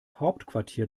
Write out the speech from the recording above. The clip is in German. hauptquartier